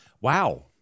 Wow